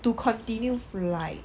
to continue fly